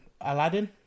Aladdin